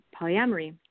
polyamory